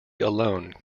alone